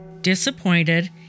Disappointed